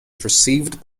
perceived